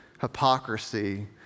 hypocrisy